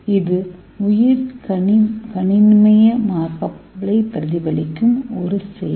இது உயிர் கனிமமயமாக்கலைப் பிரதிபலிக்கும் ஒரு செயல்